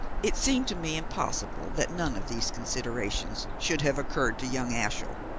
it seemed to me impossible that none of these considerations should have occurred to young ashiel,